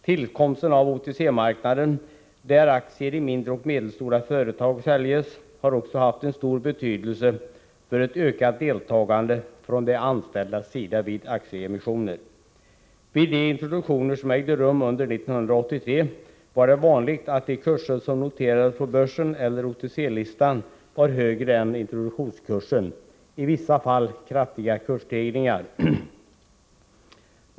Tillkomsten av OTC-marknaden, där aktier i mindre och medelstora företag säljs, har också haft en stor betydelse för ett ökat deltagande från de anställdas sida vid aktieemissioner. Vid de introduktioner som ägde rum under 1983 var det vanligt att de kurser som noterades på börsen eller OTC-listan var högre än introduktionskursen. I vissa fall förekom kraftiga kursstegringar.